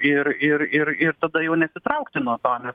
ir ir ir ir tada jau nesitraukti nuo to nes